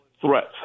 threats